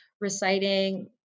reciting